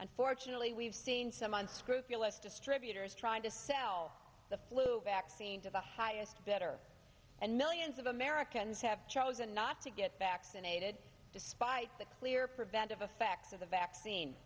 unfortunately we've seen some unscrupulous distributors trying to sell the flu vaccine to the highest bidder and millions of americans have chosen not to get vaccinated despite the clear preventive effect of the vaccine